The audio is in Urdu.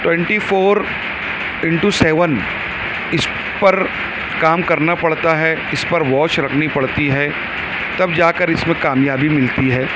ٹونٹی فور انٹو سیون اس پر کام کرنا پڑتا ہے اس پر واچ رکھنی پڑتی ہے تب جا کر اس میں کامیابی ملتی ہے